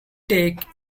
take